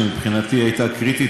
שמבחינתי הייתה קריטית,